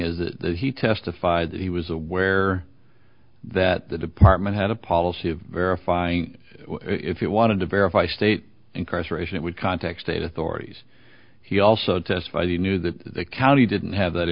is the he testified that he was aware that the department had a policy of verifying if you wanted to verify state incarceration it would contact state authorities he also testified he knew that the county didn't have that